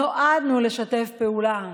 נועדנו לשתף פעולה.